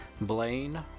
Blaine